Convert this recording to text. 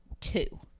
two